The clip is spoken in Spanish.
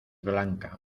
blanca